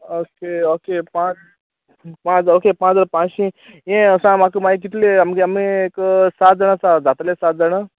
okay okay पांच जा okay पांच जा पांश्शी यें सांग म्हाका मागीर कितले आमगे आमी एक सात जाण आसा जातले सात जाणां